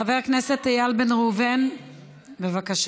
חבר הכנסת איל בן ראובן, בבקשה.